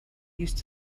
used